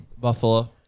Buffalo